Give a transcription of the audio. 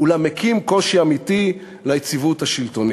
אולם מקים קושי אמיתי ליציבות השלטונית".